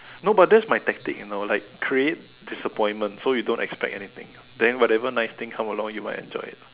no but that's my tactic you know like create disappointment so you don't expect anything then whatever nice thing come along you might enjoy it